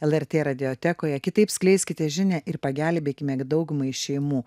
lrt radiotekoje kitaip skleiskite žinią ir pagelbėkime daugumai šeimų